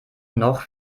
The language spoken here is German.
noch